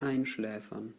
einschläfern